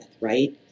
right